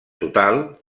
total